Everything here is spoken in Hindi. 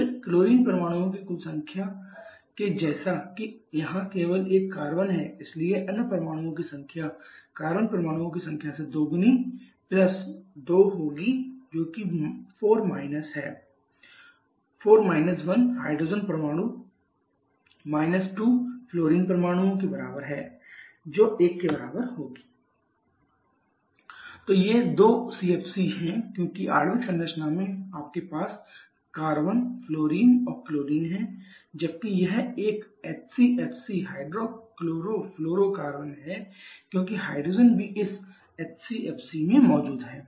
फिर क्लोरीन परमाणुओं की कुल संख्या के जैसा कि यहां केवल एक कार्बन है इसलिए अन्य परमाणुओं की कुल संख्या कार्बन परमाणुओं की संख्या से दोगुनी प्लस 2 होगी जो कि 4 माइनस 1 हाइड्रोजन परमाणु माइनस 2 फ्लोरीन परमाणुओं के बराबर है जो 1 के बराबर होगी 4 - 1 −2 1 अतः R22 ≡ CHClF2 तो ये दो CFC हैं क्योंकि आणविक संरचना में आपके पास कार्बन फ्लोरीन और क्लोरीन है जबकि यह एक HCFC हाइड्रोक्लोरोफ्लोरोकार्बन है क्योंकि हाइड्रोजन भी इस HCFC में मौजूद है